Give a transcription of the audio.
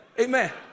amen